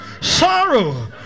sorrow